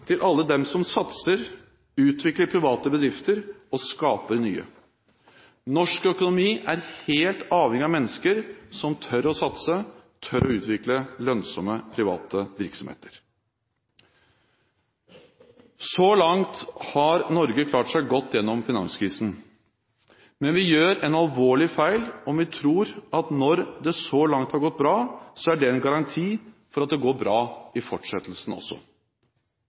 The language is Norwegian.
til alle dem som satser, utvikler private bedrifter og skaper nye. Norsk økonomi er helt avhengig av mennesker som tør å satse, tør å utvikle lønnsomme private virksomheter. Så langt har Norge klart seg godt gjennom finanskrisen. Men vi gjør en alvorlig feil om vi tror at når det så langt har gått bra, er det en garanti for at det går bra i fortsettelsen også.